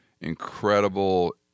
incredible